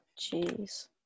Jeez